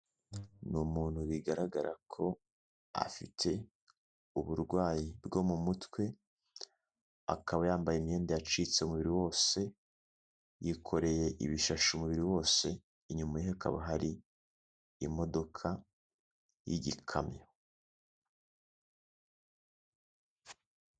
Ni umuntu bigaragara ko afite uburwayi bwo mu mutwe, akaba yambaye imyenda yacitse umubiri wose, yikoreye ibishashi umubiri wose, inyuma ye hakaba hari imodoka y'igikamyo.